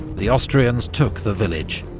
the austrians took the village.